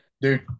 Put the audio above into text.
Dude